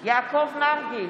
יעקב מרגי,